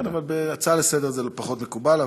כן, אבל בהצעה לסדר זה פחות מקובל.